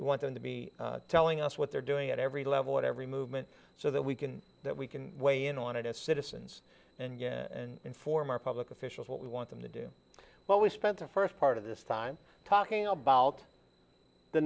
want them to be telling us what they're doing at every level at every movement so that we can that we can weigh in on it as citizens and inform our public officials what we want them to do what we spent the first part of this time talking about the